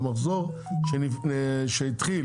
המחזור שהתחיל